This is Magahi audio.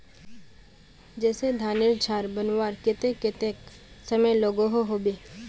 जैसे धानेर झार बनवार केते कतेक समय लागोहो होबे?